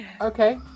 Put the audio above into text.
Okay